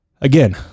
again